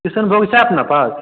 किशनभोग छै अपना पास